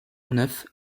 neuf